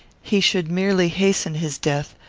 he should merely hasten his death,